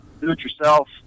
do-it-yourself